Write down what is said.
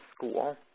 School